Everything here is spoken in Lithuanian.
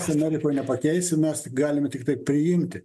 mes amerikoj nepakeisim mes galime tiktai priimti